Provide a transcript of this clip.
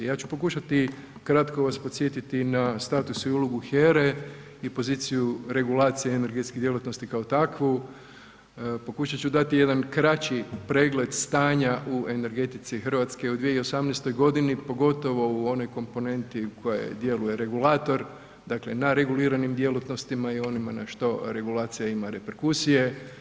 Ja ću pokušati kratko vas podsjetiti na status i ulogu HERA-e i poziciju regulacije energetske djelatnosti kao takvu, pokušat ću dati jedan kraći pregled stanja u energetici Hrvatske u 2018. g. pogotovo u onoj komponenti u kojoj djeluje regulator dakle na reguliranim djelatnostima i onima na što regulacija ima reperkusije.